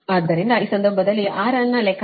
ಆದ್ದರಿಂದ ಈ ಸಂದರ್ಭದಲ್ಲಿ R ಅನ್ನು ಲೆಕ್ಕ ಹಾಕಿದರೆ ಅದು 25